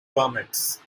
permits